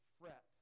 fret